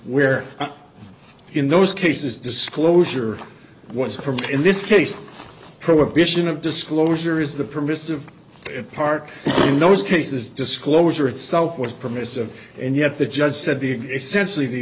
where in those cases disclosure was in this case prohibition of disclosure is the permissive part in those cases disclosure itself was permissive and yet the judge said the essentially the